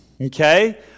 okay